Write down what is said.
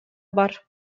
бар